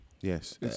yes